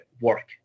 work